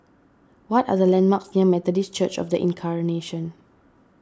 what are the landmarks near Methodist Church of the Incarnation